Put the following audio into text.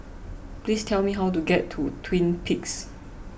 please tell me how to get to Twin Peaks